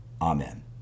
Amen